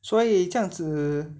所以这样子